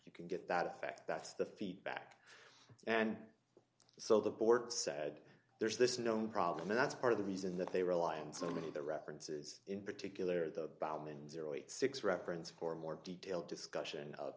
you can get that effect that's the feedback and so the board said there's this known problem and that's part of the reason that they rely on so many of the references in particular the baumann zero point six reference for a more detailed discussion